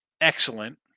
excellent